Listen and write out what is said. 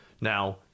Now